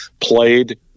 played